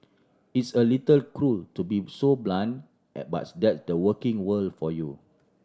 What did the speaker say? it's a little cruel to be so blunt bus that's the working world for you